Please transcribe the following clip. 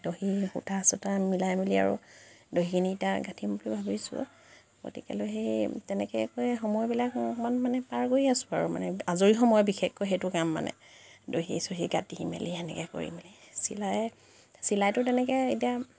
দহি সূতা চূতা মিলাই মেলি আৰু দহিখিনি এতিয়া গাঁঠিম বুলি ভাবিছোঁ গতিকেলৈ সেই তেনেকুৱাকৈ সময়বিলাক অকণমান মানে পাৰ কৰি আছোঁ আৰু মানে আজৰি সময় বিশেষকৈ সেইটো কাম মানে দহি চহি গাঁঠি মেলি সেনেকৈ কৰি মেলি চিলাই চিলাইটো তেনেকৈ এতিয়া